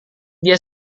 dia